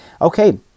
Okay